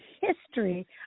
history